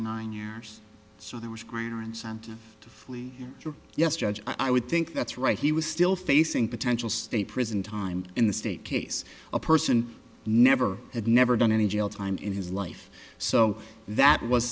nine years so there was greater incentive to flee yes judge i would think that's right he was still facing potential state prison time in the state case a person never had never done any jail time in his life so that was